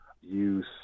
use